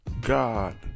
God